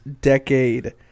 decade